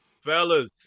fellas